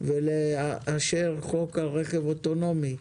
ולאשר את חוק הרכב האוטונומי.